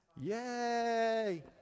Yay